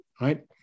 right